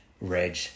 Reg